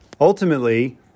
Ultimately